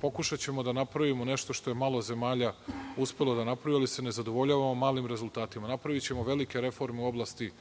Pokušaćemo da napravimo nešto što je malo zemalja uspelo da napravi, ali se ne zadovoljavamo malim rezultatima. Napravićemo velike reforme u oblasti